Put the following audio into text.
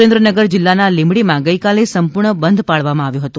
સુરેન્દ્રનગર જિલ્લાના લીમડીમાં ગઇકાલે સંપૂર્ણ બંધ પાળવામાં આવ્યો હતો